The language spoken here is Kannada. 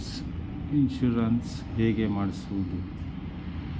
ಇನ್ಶೂರೆನ್ಸ್ ಹೇಗೆ ಮಾಡಿಸುವುದು?